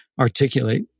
articulate